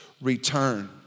return